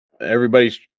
everybody's